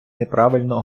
неправильно